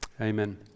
Amen